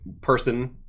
person